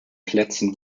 plätzen